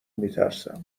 میترسم